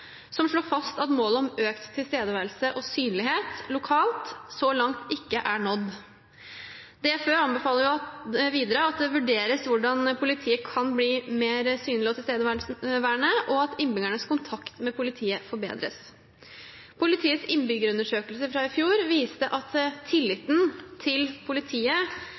som slo fast at målet om økt tilstedeværelse og synlighet lokalt så langt ikke er nådd. DFØ anbefaler videre at det vurderes hvordan politiet kan bli mer synlig og tilstedeværende, og at innbyggernes kontakt med politiet forbedres. Politiets innbyggerundersøkelse fra i fjor viste at tilliten til politiet